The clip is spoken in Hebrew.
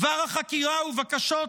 דבר החקירה ובקשות